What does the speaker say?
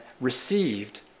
received